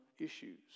issues